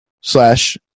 slash